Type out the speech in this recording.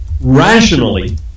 rationally